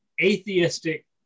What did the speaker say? atheistic